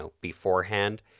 beforehand